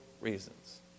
reasons